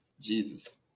Jesus